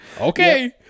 Okay